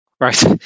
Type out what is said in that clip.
right